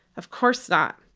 of course not.